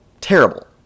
terrible